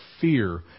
fear